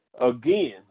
again